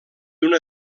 una